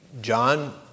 John